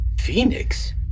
Phoenix